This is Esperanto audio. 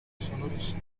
sonoris